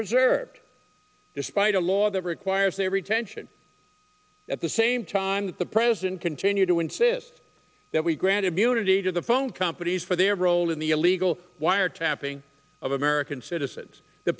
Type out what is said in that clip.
preserved despite a law that requires their retention at the same time that the president continue to insist that we grant immunity to the phone companies for their role in the illegal wiretapping of american citizens the